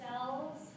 cells